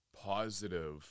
positive